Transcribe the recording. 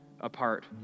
apart